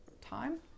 time